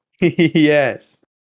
Yes